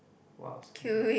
what else can